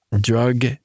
drug